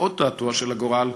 ועוד תעתוע של הגורל: